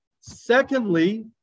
Secondly